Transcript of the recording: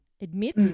admit